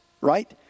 right